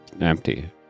empty